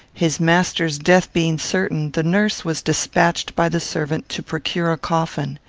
his master's death being certain, the nurse was despatched by the servant to procure a coffin.